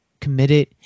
committed